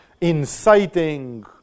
inciting